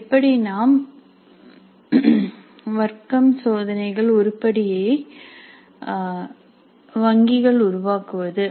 எப்படி நாம் வர்க்கம் சோதனைகள் உருப்படியை வங்கிகள் உருவாக்குவது